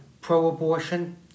pro-abortion